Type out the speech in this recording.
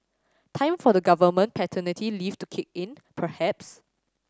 time for the government paternity leave to kick in perhaps